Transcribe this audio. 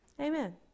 Amen